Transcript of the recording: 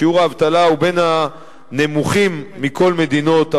שיעור האבטלה הוא בין הנמוכים מכל מדינות ה-OECD.